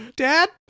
Dad